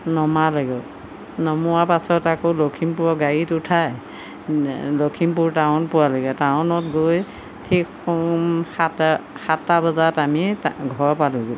নমালেগৈ নমোৱাৰ পাছত আকৌ লখিমপুৰৰ গাড়ীত উঠাই লখিমপুৰ টাউন পোৱালেগৈ টাউনত গৈ ঠিক সোম সাত সাতটা বজাত আমি ঘৰ পালোঁগৈ